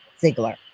Ziegler